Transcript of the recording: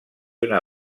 una